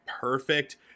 perfect